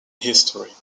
history